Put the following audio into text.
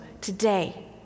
today